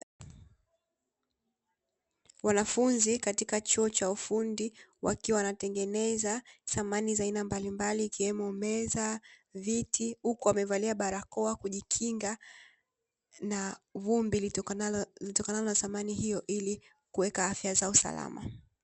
Wanafunzi katika chuo cha ufundi wakiwa wanatengeneza samani za aina mbalimbali ikiwemo; meza, viti, huku wamevalia barakoa kujikinga na vumbi litokanalo na samani hiyo ili kuweka afya zao usalama.